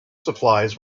supplies